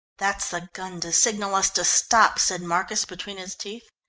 that's the gun to signal us to stop, said marcus between his teeth.